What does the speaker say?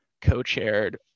co-chaired